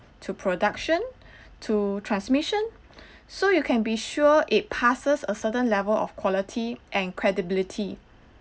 to production to transmission so you can be sure it passes a certain level of quality and credibility